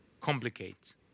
complicate